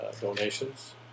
donations